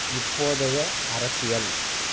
இப்போதைய அரசியல்